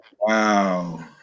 Wow